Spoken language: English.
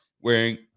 wearing